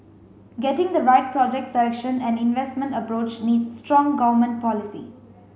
getting the right project selection and investment approach needs strong government policy